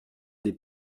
des